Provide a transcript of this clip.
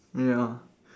ya